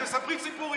אתם מספרים סיפורים.